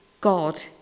God